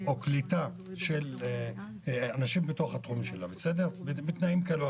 קליטה של אנשים בתוך התחומים שלה בתנאים כאלו או